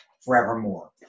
forevermore